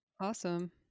Awesome